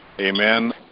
Amen